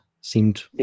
seemed